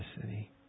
city